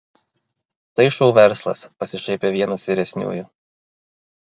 tai šou verslas pasišaipė vienas vyresniųjų